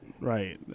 Right